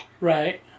Right